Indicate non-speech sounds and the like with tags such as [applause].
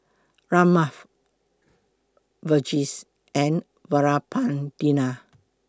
Ramnath Verghese and [unintelligible]